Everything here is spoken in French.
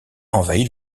envahit